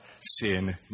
sin